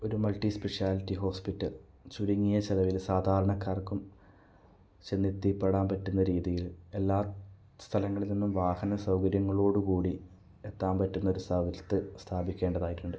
ഒരു multi speciality hospital ചുരുങ്ങിയ ചിലവില് സാധാരണക്കാർക്കും ചെന്ന് എത്തിപ്പെടാൻ പറ്റുന്ന രീതിയിൽ എല്ലാ സ്ഥലങ്ങളിൽ നിന്നും വാഹന സൗകര്യങ്ങളോടുകൂടി എത്താൻ പറ്റുന്നൊരു സ്ഥലത്ത് സ്ഥാപിക്കേണ്ടതായിട്ടുണ്ട്